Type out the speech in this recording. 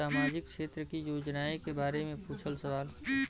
सामाजिक क्षेत्र की योजनाए के बारे में पूछ सवाल?